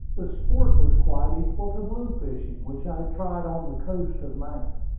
the sport was quite equal to blue-fishing, which i had tried on the coast of maine.